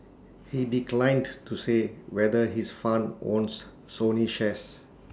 he declined to say whether his fund owns Sony shares